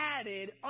added